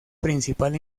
principal